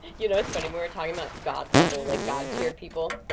you know, it's funny we were talking about god level like god tier people.